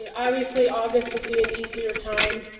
yeah obviously august would be an easier time.